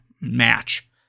match